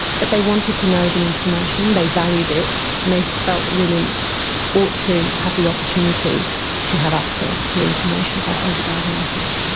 but they wanted to know the information, they valued it, and they felt women ought to have the opportunity to have access to information about over-diagnosis.